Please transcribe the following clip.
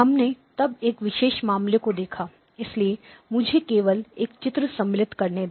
हमने तब एक विशेष मामले को देखा इसलिए मुझे केवल एक चित्र सम्मिलित करने दें